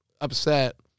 upset